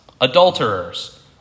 adulterers